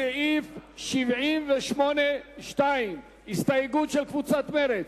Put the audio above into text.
אנחנו מצביעים על סעיף 71 כנוסח הוועדה.